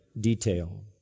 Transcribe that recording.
detail